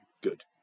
good